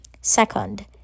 Second